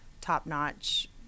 top-notch